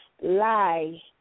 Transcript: lie